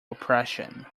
oppression